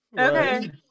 Okay